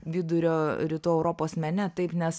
vidurio rytų europos mene taip nes